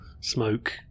smoke